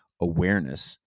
Awareness